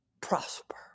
prosper